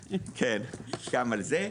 כן, גם על זה.